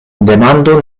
demando